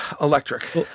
electric